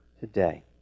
today